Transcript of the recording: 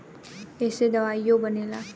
ऐइसे दवाइयो बनेला